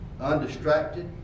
undistracted